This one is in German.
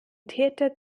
täter